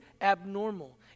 abnormal